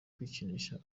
kwikinisha